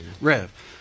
Rev